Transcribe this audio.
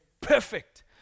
Perfect